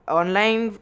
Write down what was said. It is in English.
online